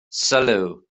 sylw